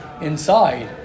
inside